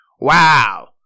Wow